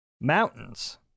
mountains